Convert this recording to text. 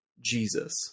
Jesus